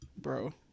bro